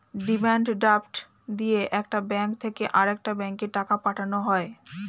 demand draft দিয়ে একটা bank থেকে আরেকটা ব্যাঙ্কে টাকা পাঠানো হয়